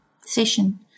session